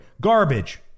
Garbage